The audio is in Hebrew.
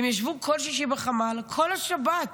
הן ישבו כל שישי בחמ"ל, כל השבת.